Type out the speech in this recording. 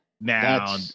Now